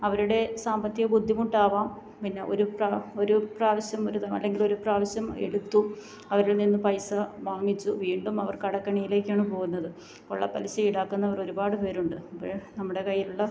അവരുടെ സാമ്പത്തിക ബുദ്ധിമുട്ടാവാം പിന്നെ ഒരു ഒരു പ്രാവശ്യം ഒരു അല്ലെങ്കിൽ ഒരു പ്രാവശ്യം എടുത്തു അവരിൽ നിന്ന് പൈസ വാങ്ങിച്ചു വീണ്ടും അവർ കടക്കെണിയിലേക്കാണ് പോവുന്നത് കൊള്ള പലിശ ഈടാക്കുന്നവർ ഒരുപാട് പേരുണ്ട് അപ്പോൾ നമ്മുടെ കയ്യിലുള്ള